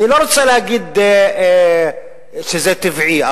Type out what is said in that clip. אני לא רוצה להגיד שזה טבעי,